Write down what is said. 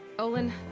olin.